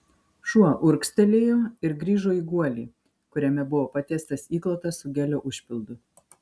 šuo urgztelėjo ir grįžo į guolį kuriame buvo patiestas įklotas su gelio užpildu